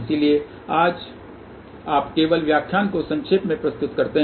इसलिए आज आप केवल व्याख्यान को संक्षेप में प्रस्तुत करते हैं